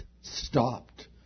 stopped